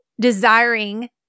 desiring –